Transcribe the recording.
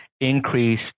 increase